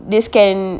this can